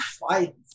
fight